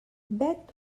vet